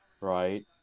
right